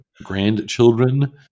grandchildren